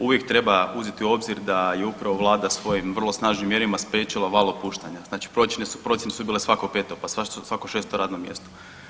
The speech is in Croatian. Uvijek treba uzeti u obzir da je upravo vlada svojim vrlo snažnim mjerama spriječila val otpuštanja, znači procjene su bile svako peto pa svako šesto radno mjesto.